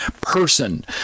person